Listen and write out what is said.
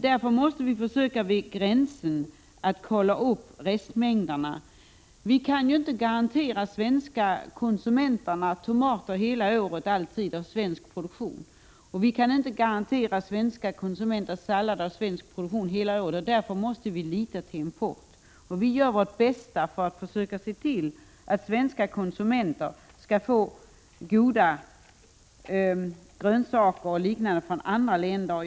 Därför måste vi försöka kontrollera restmängderna vid gränserna. Eftersom vi inte kan garantera de svenska konsumenterna t.ex. tomater eller sallad av svensk produktion under hela året måste vi lita till importen. Vi gör vårt bästa för att försöka se till att svenska konsumenter får goda grönsaker och annat från andra länder.